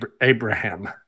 Abraham